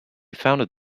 founded